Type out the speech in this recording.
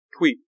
tweet